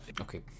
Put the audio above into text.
Okay